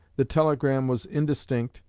the telegram was indistinct,